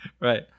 right